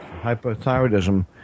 hypothyroidism